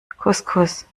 couscous